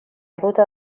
ruta